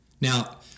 Now